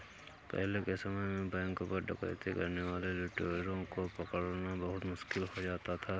पहले के समय में बैंक पर डकैती करने वाले लुटेरों को पकड़ना बहुत मुश्किल हो जाता था